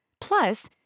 Plus